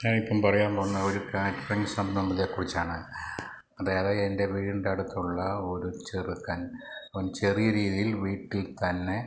ഞാനിപ്പോള് പറയാൻ പോകുന്നതൊരു കാറ്ററിങ് സംഭവങ്ങളെക്കുറിച്ചാണ് അതായത് എൻ്റെ വീടിൻ്റെ അടുത്തുള്ള ഒരു ചെറുക്കൻ അവൻ ചെറിയ രീതിയിൽ വീട്ടിൽ തന്നെ